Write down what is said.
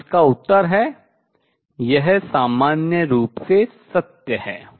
और इसका उत्तर है यह सामान्य रूप से सत्य है